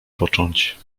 począć